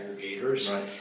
aggregators